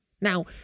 Now